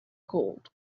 called